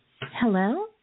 Hello